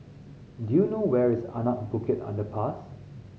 do you know where is Anak Bukit Underpass